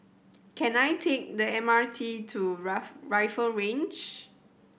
can I take the M R T to Ruff Rifle Range